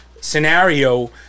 scenario